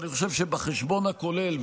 אני חושב שבחשבון הכולל,